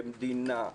כמדינה,